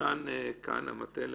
ניצן כהנא, המטה למאבק,